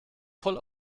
voll